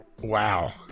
Wow